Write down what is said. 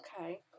Okay